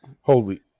Holy